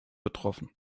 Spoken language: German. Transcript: betroffen